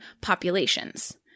populations